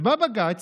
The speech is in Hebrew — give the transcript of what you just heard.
ובא בג"ץ,